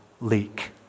leak